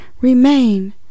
Remain